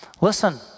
Listen